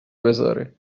بزاره